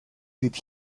did